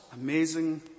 amazing